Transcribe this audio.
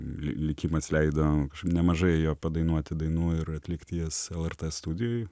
likimas leido nemažai jo padainuoti dainų ir atlikti jas lrt studijoj